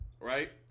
right